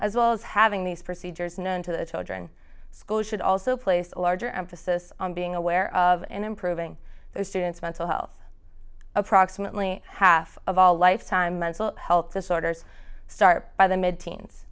as well as having these procedures known to the children schools should also place a larger emphasis on being aware of and improving their students mental health approximately half of all lifetime mental health disorders start by the mid teens